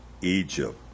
Egypt